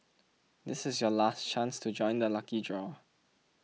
this is your last chance to join the lucky draw